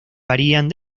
varían